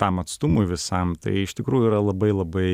tam atstumui visam tai iš tikrųjų yra labai labai